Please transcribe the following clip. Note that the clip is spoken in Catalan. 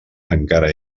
encara